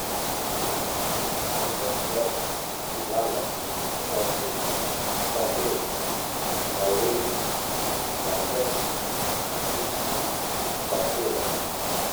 Afindrafindrao, kilalaka, salegy, tsapiky, basaisa, antosy, batrelaky